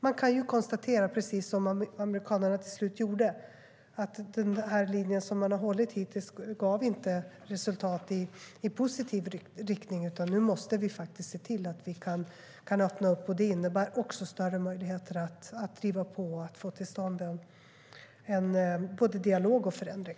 Man kan ju konstatera, precis som amerikanerna till slut gjorde, att den linje man har hållit hittills inte gav resultat i positiv riktning, utan nu måste vi se till att vi kan öppna upp. Det innebär också större möjligheter att driva på och att få till stånd dialog och förändring.